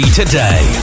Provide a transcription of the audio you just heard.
today